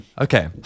Okay